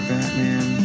Batman